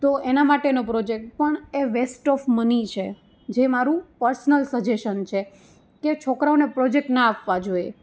તો એના માટેનો પ્રોજેક્ટ પણ એ વેસ્ટ ઓફ મની છે જે મારું પર્સનલ સજેશન છે કે છોકરાઓને પ્રોજેક્ટ ન આપવા જોએ